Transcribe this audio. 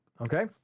okay